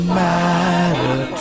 matter